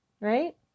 right